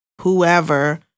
whoever